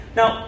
Now